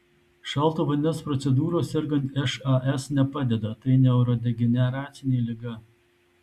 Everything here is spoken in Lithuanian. šalto vandens procedūros sergant šas nepadeda tai neurodegeneracinė liga